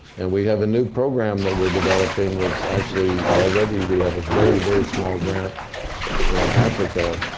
and we have a new program that we're developing that's actually already, we have a very, very small grant in africa,